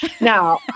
Now